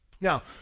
Now